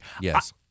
Yes